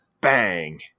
Bang